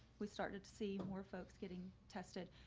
we started to see more folks getting tested.